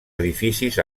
edificis